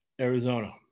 Arizona